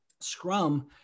Scrum